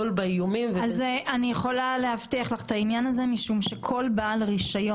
אני יכולה להבטיח לך את העניין הזה משום שכל בעל רישיון